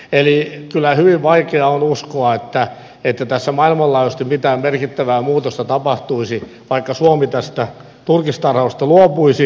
eli kyllä hyvin vaikea on uskoa että tässä maailmanlaajuisesti mitään merkittävää muutosta tapahtuisi vaikka suomi tästä turkistarhauksesta luopuisi